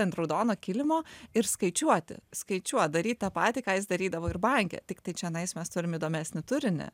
ant raudono kilimo ir skaičiuoti skaičiuot daryti tą patį ką jis darydavo ir banke tiktai čionais mes turim įdomesnį turinį